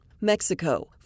Mexico